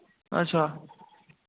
अच्छा